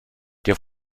der